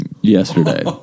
Yesterday